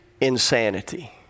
insanity